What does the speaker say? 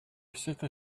city